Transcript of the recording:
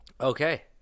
Okay